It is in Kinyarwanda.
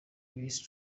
imisi